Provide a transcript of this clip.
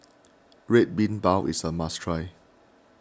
Red Bean Bao is a must try